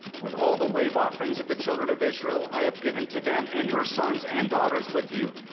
with all the wave offerings of the children of israel i have given to them and your sons and daughters with you,